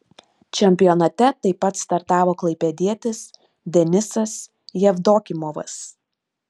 čempionate taip pat startavo klaipėdietis denisas jevdokimovas